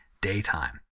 daytime